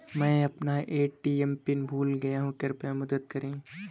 मैं अपना ATM pin भूल गया हूँ, कृपया मदद करें